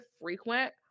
frequent